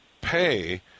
pay